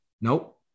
Nope